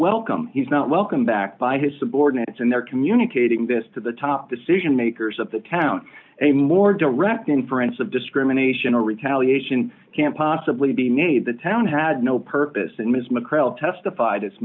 welcome he's not welcome back by his subordinates and they're communicating this to the top decision makers of the town a more direct inference of discrimination or retaliation can possibly be made the town had no purpose and ms macrae all testified as